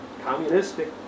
communistic